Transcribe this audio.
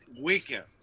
weaker